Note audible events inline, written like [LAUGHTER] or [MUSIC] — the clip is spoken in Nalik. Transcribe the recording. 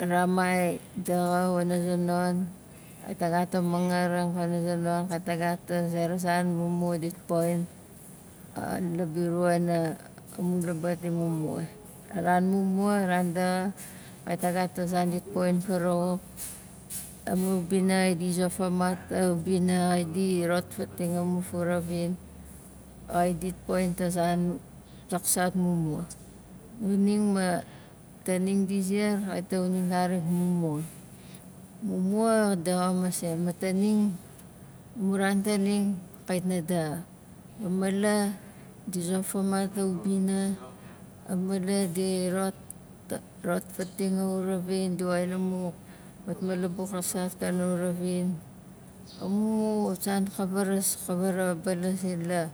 ramai daxa wana zonon, kait na gat a mangarang pana zonon, kait na gat a zera zan mumua dit poxin [HESITATION] la birua na amu labat imumua a ran mumua a ran daxa kait na gat a zan dit poxin farawauk amu ubina xait di zofamat a ubina, xait di rotfating amu furavin, xait dit poxin ta zan taksak mumua xuning ma, tanin di ziar kait na xuning karik mumua mumua xa daxa masei ma tanin, amu ran tanin kait na daxa a mala di zofamat a ubina, a mala di rot- ta rot fating a uravin di woxin amu matmalabuk raksat kana uravin amu san ka varas ka vara balasang la